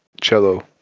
cello